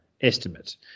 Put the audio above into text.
estimate